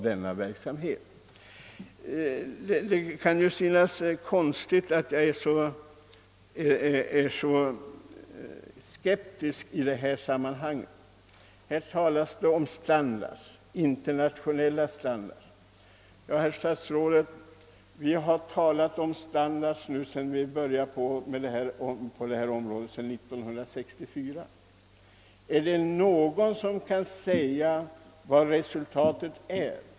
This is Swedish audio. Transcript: Det kan ju synas underligt att jag är så skeptisk. Men här talas exempelvis om internationella standards. Vi har, herr statsråd, talat om standards på detta område sedan år 1964. är det någon som kan säga vad resultatet är?